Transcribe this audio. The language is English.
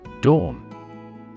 Dawn